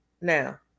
now